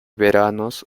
veranos